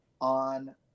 on